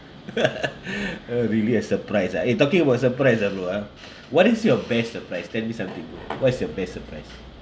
oh really a surprise ah eh talking about surprise ah bro ah what is your best surprise tell be something bro what's your best surprise